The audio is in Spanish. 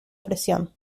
presión